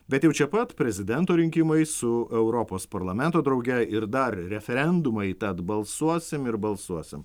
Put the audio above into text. bet jau čia pat prezidento rinkimai su europos parlamento drauge ir dar referendumai tad balsuosim ir balsuosim